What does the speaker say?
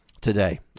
today